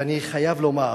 ואני חייב לומר